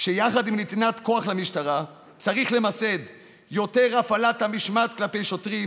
שיחד עם נתינת כוח למשטרה צריך למסד הפעלת משמעת כלפי שוטרים